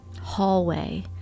hallway